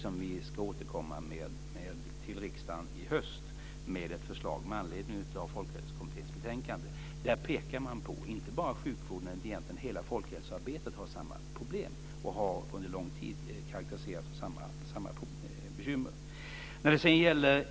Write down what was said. Vi ska återkomma till riksdagen i höst med ett förslag med anledning av Folkhälsokommitténs betänkande. Där pekar man på att det inte bara inom sjukvården utan inom hela folkhälsoarbetet under lång tid har varit samma problem och bekymmer.